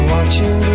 Watching